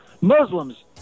Muslims